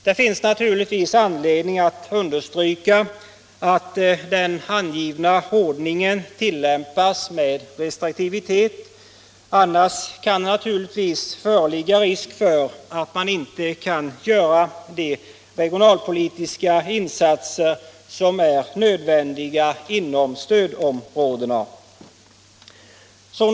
Det finns anledning att understryka att den angivna ordningen skall tillämpas med restriktivitet. Annars kan det naturligtvis föreligga risk för att man inte kan göra de regionalpolitiska insatser som är nödvändiga inom stödområdena.